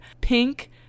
pink